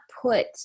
put